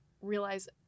realize